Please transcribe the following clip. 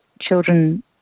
children